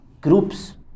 groups